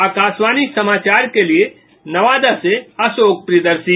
आकाशवाणी समाचार के लिए नवादा आशेक प्रियदर्शी